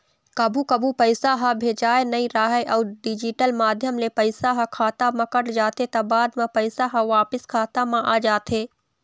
कभू कभू पइसा ह भेजाए नइ राहय अउ डिजिटल माध्यम ले पइसा ह खाता म कट जाथे त बाद म पइसा ह वापिस खाता म आ जाथे